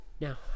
Now